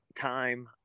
time